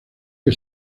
que